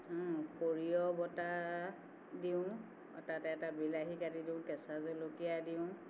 সৰিয়হ বটা দিওঁ আৰু তাতে এটা বিলাহী কাটি দিওঁ কেঁচা জলকীয়া দিওঁ